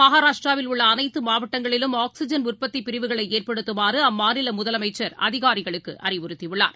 மகாராஷ்ட்ராவில் உள்ள அனைத்துமாவட்டங்களிலும் ஆக்ஸிஐன் உற்பத்திபிரிவுகளைஏற்படுத்துமாறுஅம்மாநிலமுதலமைச்சர் அதிகாரிகளுக்குஅறிவுறுத்தியுள்ளார்